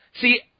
see